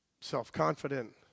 self-confident